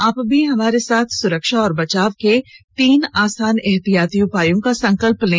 आप भी हमारे साथ सुरक्षा और बचाव के तीन आसान एहतियाती उपायों का संकल्प लें